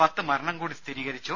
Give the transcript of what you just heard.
പത്ത് മരണം കൂടി സ്ഥിരീകരിച്ചു